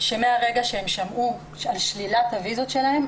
שמהרגע שהן שמעו על שלילת הוויזה שלהן,